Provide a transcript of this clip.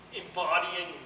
embodying